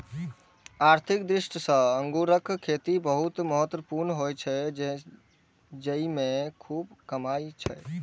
आर्थिक दृष्टि सं अंगूरक खेती बहुत महत्वपूर्ण होइ छै, जेइमे खूब कमाई छै